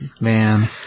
Man